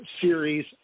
series